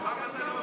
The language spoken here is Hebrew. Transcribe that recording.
אני לא רגוע.